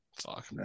Fuck